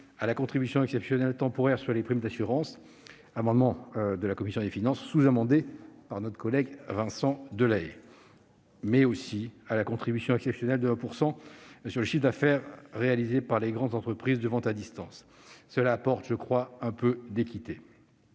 de la contribution exceptionnelle temporaire sur les primes d'assurance, issue d'un amendement de la commission des finances sous-amendé par notre collègue Vincent Delahaye, mais aussi de la contribution exceptionnelle de 1 % sur le chiffre d'affaires réalisé par les grandes entreprises de vente à distance. Ces mesures apportent, à mon sens, un peu d'équité.